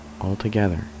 Altogether